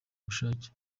ubushake